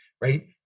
Right